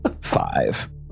five